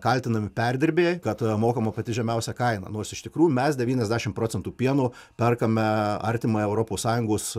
kaltinami perdirbėjai kad mokama pati žemiausia kaina nors iš tikrųjų mes devyniasdešimt procentų pieno perkame artimą europos sąjungos